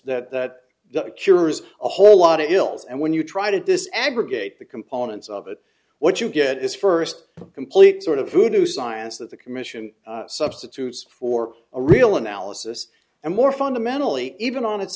is that curers a whole lot of hills and when you try to dis aggregate the components of it what you get is first complete sort of hoodoo science that the commission substitutes for a real analysis and more fundamentally even on its